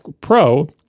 Pro